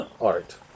art